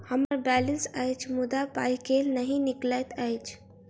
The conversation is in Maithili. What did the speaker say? हम्मर बैलेंस अछि मुदा पाई केल नहि निकलैत अछि?